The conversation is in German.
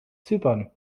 zypern